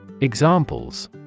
Examples